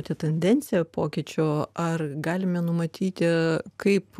tą tendenciją pokyčio ar galime numatyti kaip